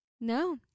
no